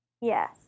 Yes